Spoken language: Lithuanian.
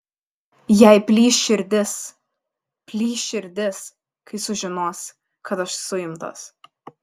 jai plyš širdis plyš širdis kai sužinos kad aš suimtas